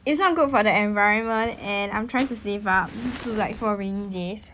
it's not good for the environment and I'm trying to save up to like for rainy days